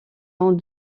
ont